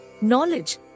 knowledge